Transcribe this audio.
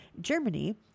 Germany